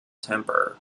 temper